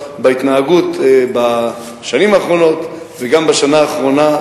בהתנהגות בשנים האחרונות וגם בשנה האחרונה,